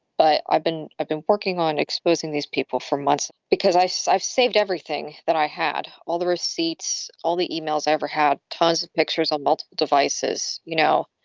but i've been i've been working on exposing these people for months because i said i've saved everything, that i had all the receipts, all the emails ever had tons of pictures about but devices, you know.